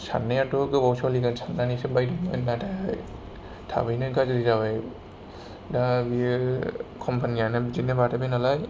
साननायआथ' गोबाव सोलिगोन साननानैसो बायदोंमोन नाथाइ थाबैनो गाज्रि जाबाय दा बियो कम्पानि आनो बिदिनो बानायबाय नालाय